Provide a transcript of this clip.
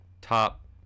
top